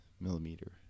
millimeter